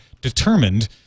determined